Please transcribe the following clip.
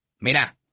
mira